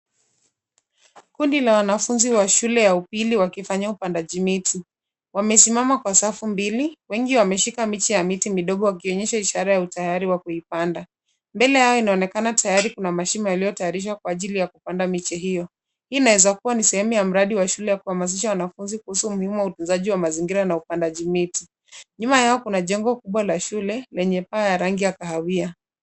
Kundi la wanafunzi wa shule ya upili wakifanya upandaji miti wamesimama kwa safu mbili. Wengi wameshika miche ya miti midogo wakionyesha ishara ya utayari wa kuipanda. Mbele yao inaonekana tayari kuna mashimo yaliyotayarishwa kwa ajili ya kupanda miti hiyo. Inaweza kuwa ni sehemu ya mradi wa shule ya kuhamasisha wanafunzi kuhusu umuhimu wa utunzaji wa mazingira na upandaji miti. Nyuma yao kuna jengo kubwa la shule lenye paa ya rangi ya kahawia.